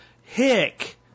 hick